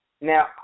Now